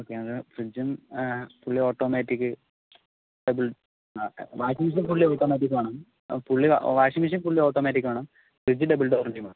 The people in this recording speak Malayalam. ഇതൊക്കെയാണ് ഫ്രിഡ്ജും fully automatic double washing machine fully automatic വേണം fully washing machine fully automatic വേണം ഫ്രിഡ്ജ് ഡബിൾ ഡോറിന്റേയും വേണം